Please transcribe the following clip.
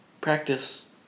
practice